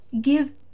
give